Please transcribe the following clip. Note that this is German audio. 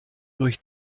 durch